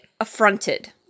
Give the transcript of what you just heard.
affronted